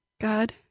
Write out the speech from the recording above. God